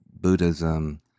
Buddhism